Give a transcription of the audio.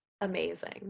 amazing